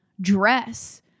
dress